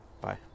Bye